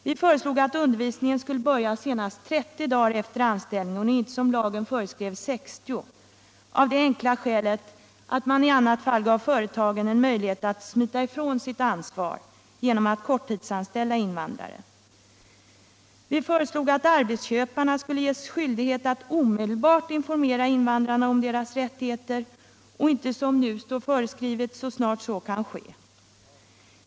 Vi föreslog att undervisningen skulle börja senast 30 dagar efter anställningen och inte som lagen föreskrev 60, av det enkla skälet att man i annat fall gav företagen en möjlighet att smita ifrån sitt ansvar genom att korttidsanställa invandrare. Vi föreslog att arbetsköparna skulle åläggas skyldighet att omedelbart informera invandrarna om deras rättigheter och inte, som nu står föreskrivet, så snart så kan ske.